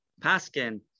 paskin